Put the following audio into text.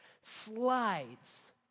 slides